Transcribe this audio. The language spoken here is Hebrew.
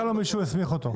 מפכ"ל או מי שהוא הסמיך אותו.